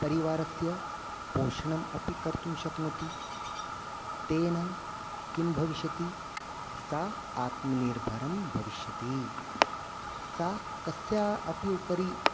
परिवारस्य पोषणम् अपि कर्तुं शक्नोति तेन किं भविष्यति सा आत्मनिर्भरं भविष्यति सा कस्य अपि उपरि